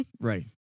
Right